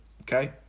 okay